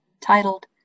titled